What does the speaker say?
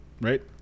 Right